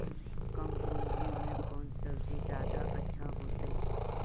कम पूंजी में कौन सब्ज़ी जादा अच्छा होतई?